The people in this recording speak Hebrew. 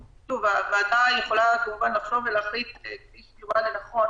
הוועדה יכולה כמובן לחשוב ולהחליט מה שהיא רואה לנכון,